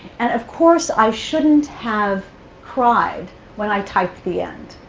and of course, i shouldn't have cried when i typed the end,